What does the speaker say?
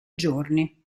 giorni